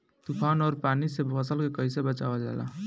तुफान और पानी से फसल के कईसे बचावल जाला?